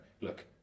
look